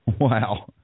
Wow